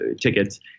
tickets